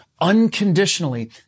unconditionally